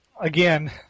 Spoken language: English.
again